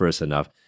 enough